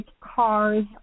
cars